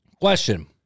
Question